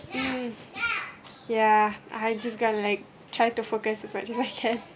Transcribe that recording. mm ya I just gonna like try to focus as much as I can